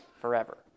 forever